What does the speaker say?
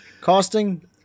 costing